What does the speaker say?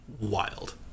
wild